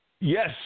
Yes